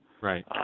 Right